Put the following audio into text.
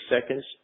seconds